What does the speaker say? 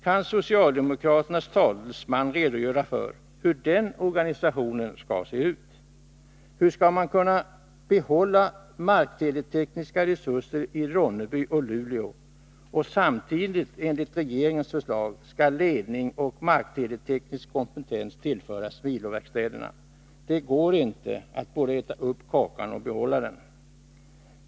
Kan socialdemokraternas talesman redogöra för hur den organisationen skall se ut? Hur skall man kunna behålla markteletekniska resurser i Ronneby och Luleå och samtidigt, enligt regeringens förslag, tillföra miloverkstäderna ledning och markteleteknisk kompetens? Det går inte att både äta upp kakan och behålla den.